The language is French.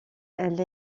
elle